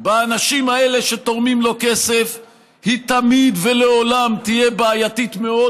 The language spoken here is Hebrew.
באנשים האלה שתורמים לו כסף היא תמיד ולעולם תהיה בעייתית מאוד,